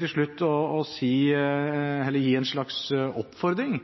til slutt lyst til